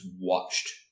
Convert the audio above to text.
watched